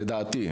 לדעתי,